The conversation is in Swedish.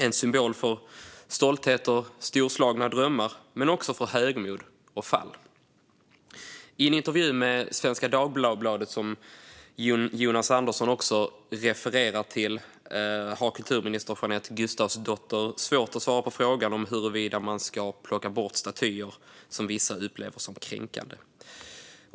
En symbol för stolthet och storslagna drömmar men också för högmod och fall. I den intervju i Svenska Dagbladet som Jonas Andersson refererar till har kulturminister Jeanette Gustafsdotter svårt att svara på frågan om huruvida man ska plocka bort statyer som vissa upplever kränkande.